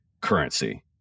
currency